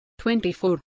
24